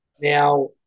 Now